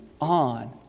on